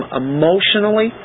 emotionally